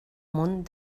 món